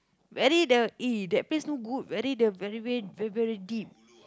very the eh that place not good very the very very deep